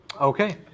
Okay